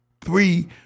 three